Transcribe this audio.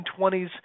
1920s